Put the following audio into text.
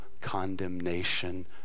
condemnation